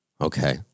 Okay